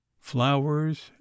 flowers